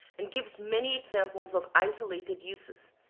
and gives many examples of isolated uses,